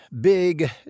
big